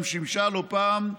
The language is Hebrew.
גם שימשה לא פעם,